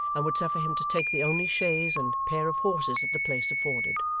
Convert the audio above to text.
and would suffer him to take the only chaise and pair of horses that the place afforded.